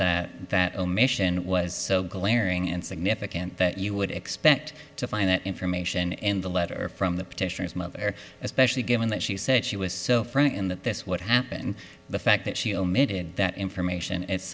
that that omission was so glaring and significant that you would expect to find that information in the letter from the petitioners mother especially given that she said she was so frightened that this what happened the fact that she omitted that information